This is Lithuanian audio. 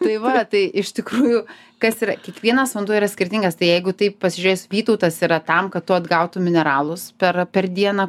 tai va tai iš tikrųjų kas yra kiekvienas vanduo yra skirtingas tai jeigu taip pažiūrėjus vytautas yra tam kad atgautum mineralus per per dieną